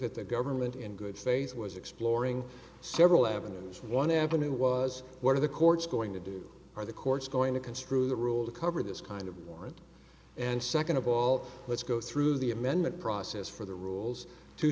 that the government in good faith was exploring several avenues one avenue was one of the court's going to do or the court's going to construe the rule to cover this kind of warrant and second of all let's go through the amendment process for the rules to